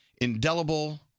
indelible